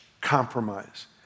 compromise